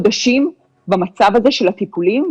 נמצאים חודשים במצב הזה של הטיפולים.